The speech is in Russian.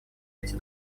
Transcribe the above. эти